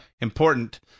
important